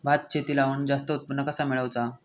भात शेती लावण जास्त उत्पन्न कसा मेळवचा?